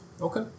Okay